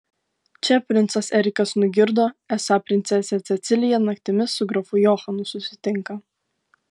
čia princas erikas nugirdo esą princesė cecilija naktimis su grafu johanu susitinka